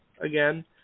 again